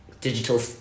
digital